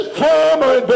former